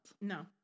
no